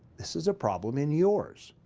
this is a problem in yours.